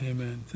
Amen